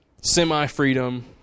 Semi-freedom